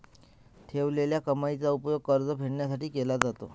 ठेवलेल्या कमाईचा उपयोग कर्ज फेडण्यासाठी केला जातो